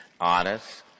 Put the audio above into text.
honest